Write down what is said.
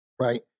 right